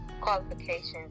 qualifications